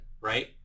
right